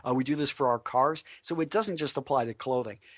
ah we do this for our cars so it doesn't just apply to clothing.